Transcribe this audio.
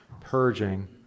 purging